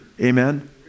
Amen